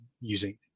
using